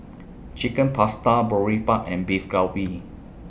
Chicken Pasta Boribap and Beef Galbi